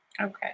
Okay